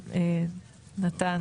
נתן